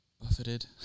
buffeted